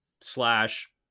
slash